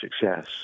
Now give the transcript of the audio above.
success